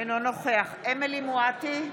אינו נוכח אמילי חיה מואטי,